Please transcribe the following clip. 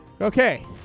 Okay